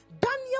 Daniel